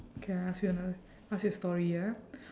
okay I ask you another ask you a story ah